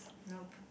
nope